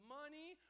money